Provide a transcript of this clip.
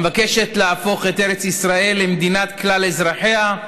המבקשת להפוך את ארץ ישראל למדינת כלל אזרחיה,